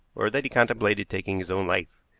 or that he contemplated taking his own life.